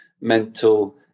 mental